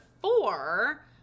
four